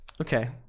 Okay